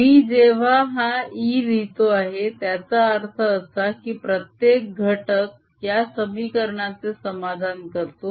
मी जेव्हा हा E लिहितो आहे त्याचा अर्थ असा की प्रत्येक घटक या समीकरणाचे समाधान करतो